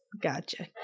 Gotcha